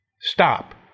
Stop